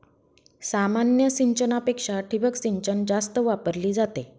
सामान्य सिंचनापेक्षा ठिबक सिंचन जास्त वापरली जाते